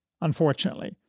unfortunately